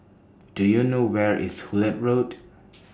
Do YOU know Where IS Hullet Road